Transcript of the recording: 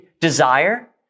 desire